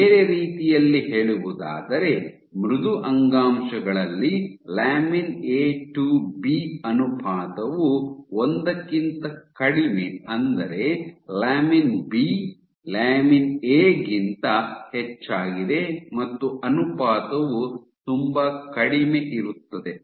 ಬೇರೆ ರೀತಿಯಲ್ಲಿ ಹೇಳುವುದಾದರೆ ಮೃದು ಅಂಗಾಂಶಗಳಲ್ಲಿ ಲ್ಯಾಮಿನ್ ಎ ಟು ಬಿ ಅನುಪಾತವು ಒಂದಕ್ಕಿಂತ ಕಡಿಮೆ ಅಂದರೆ ಲ್ಯಾಮಿನ್ ಬಿ ಲ್ಯಾಮಿನ್ ಎ ಗಿಂತ ಹೆಚ್ಚಾಗಿದೆ ಮತ್ತು ಅನುಪಾತವು ತುಂಬಾ ಕಡಿಮೆ ಇರುತ್ತದೆ